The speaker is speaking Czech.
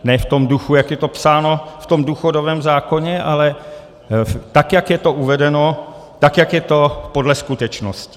Ne v tom duchu, jak je to psáno v tom důchodovém zákoně, ale tak jak je to uvedeno, tak jak je to podle skutečnosti.